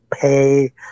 pay